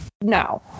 No